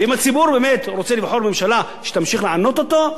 ואם הציבור באמת רוצה לבחור ממשלה שתמשיך לענות אותו,